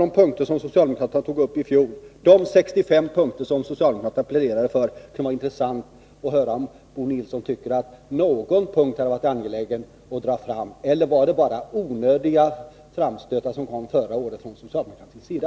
Det kunde vara intressant att höra om Bo Nilsson tycker att det hade varit angeläget att dra fram någon av alla de 65 punkter som socialdemokraterna pläderade för i fjol, eller var det bara onödiga framstötar som förra året kom från socialdemokraternas sida?